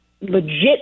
legit